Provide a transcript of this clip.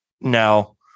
now